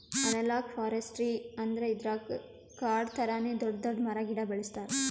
analogue forestry ಅಂದ್ರ ಇದ್ರಾಗ್ ಕಾಡ್ ಥರಾನೇ ದೊಡ್ಡ್ ದೊಡ್ಡ್ ಮರ ಗಿಡ ಬೆಳಸ್ತಾರ್